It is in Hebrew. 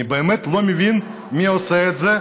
אני באמת לא מבין מי עושה את זה.